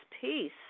peace